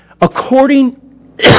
According